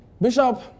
Bishop